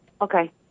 Okay